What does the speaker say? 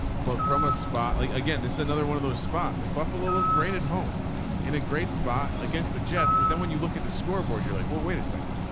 but from a spot like, again, this is another one of those spots. like buffalo look great at home in a great spot against the jets. but then when you look at the scoreboard, you're like, well wait a second.